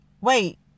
wait